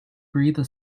breathed